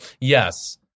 Yes